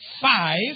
five